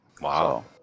wow